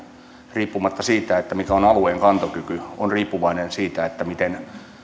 riippumatta siitä mikä on on riippuvainen siitä miten